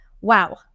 Wow